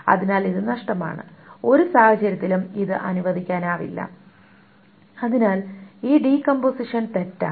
അതിനാൽ ഇത് നഷ്ടമാണ് ഒരു സാഹചര്യത്തിലും ഇത് അനുവദിക്കാനാവില്ല അതിനാൽ ഈ ഡികമ്പോസിഷൻ തെറ്റാണ്